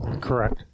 Correct